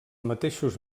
mateixos